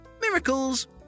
Miracles